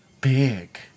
big